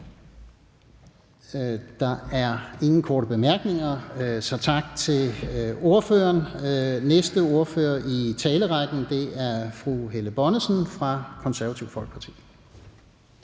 Der er ingen korte bemærkninger, så tak til ordføreren. Næste ordfører i talerrækken er fru Helle Bonnesen fra Det Konservative Folkeparti.